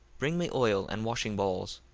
bring me oil and washing balls,